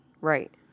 Right